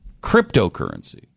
cryptocurrency